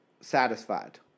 satisfied